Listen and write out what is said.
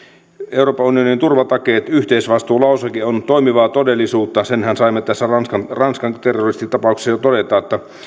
euroopan unionin turvatakeet yhteisvastuulauseke on toimivaa todellisuutta senhän saimme ranskan ranskan terroristitapauksessa jo todeta että